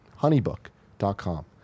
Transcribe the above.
Honeybook.com